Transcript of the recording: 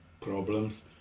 problems